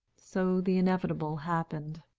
so the inevitable happened.